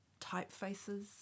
typefaces